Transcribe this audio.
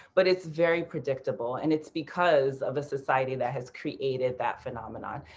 but it's very predictable. and it's because of a society that has created that phenomenon.